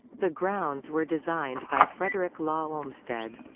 the grounds were designed by frederick law olmsted.